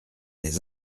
des